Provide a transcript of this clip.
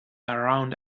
around